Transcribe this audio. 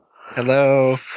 Hello